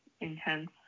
intense